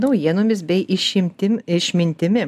naujienomis bei išimtim išmintimi